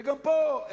וגם פה,